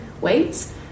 weights